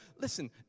listen